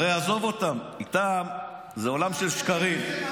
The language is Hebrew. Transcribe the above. הרי עזוב אותם, איתם זה עולם של שקרים.